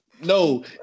No